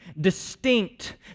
distinct